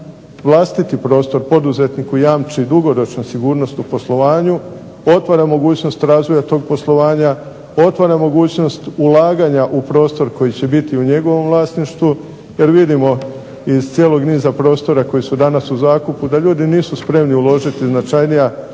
vlastiti prostor poduzetniku jamči dugoročnu sigurnost u poslovanju, otvara mogućnost razvoja tog poslovanja, otvara mogućnost ulaganja u prostor koji će biti u njegovom vlasništvu, jer vidimo iz cijelog niza prostora koji su danas u zakupu da ljudi nisu spremni uložiti značajnija financijska